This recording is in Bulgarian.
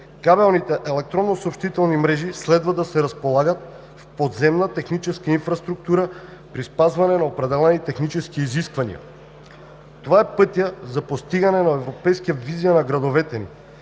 кабелните електронни съобщителни мрежи следва да се разполагат в подземна техническа инфраструктура при спазване на определени технически изисквания. Това е пътят за постигане на европейска визия на градовете ни.